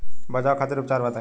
बचाव खातिर उपचार बताई?